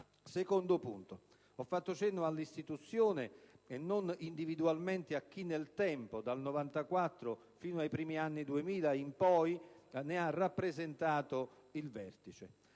seguente. Ho fatto cenno all'istituzione, e non individualmente a chi, nel tempo, dal 1994 fino ai primi anni 2000 in poi, ne ha rappresentato il vertice: